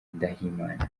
ndahimana